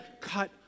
cut